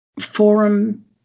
forum